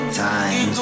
times